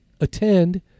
attend